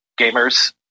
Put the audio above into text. gamers